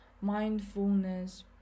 mindfulness